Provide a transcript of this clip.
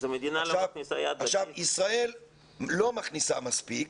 ישראל לא מכניסה מספיק,